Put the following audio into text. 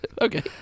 Okay